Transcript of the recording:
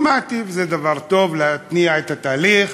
שמעתי, וזה דבר טוב להתניע את התהליך.